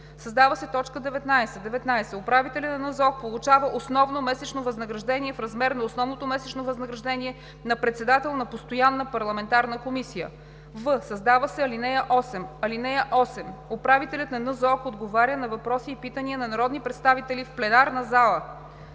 създава се т. 19: „19. Управителят на НЗОК получава основно месечно възнаграждение в размер на основното месечно възнаграждение на председател на постоянна парламентарна комисия.“ в) създава се ал. 8: „(8) Управителят на НЗОК отговаря на въпроси и питания на народни представители в пленарна зала.“